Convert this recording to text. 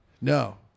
No